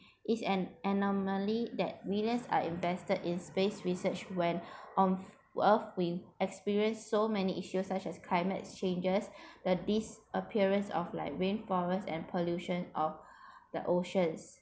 it's an anomaly that millions are invested in space research when on earth we experience so many issues such as climate changes the disappearance of like rain forest and pollution of the ocean